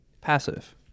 Passive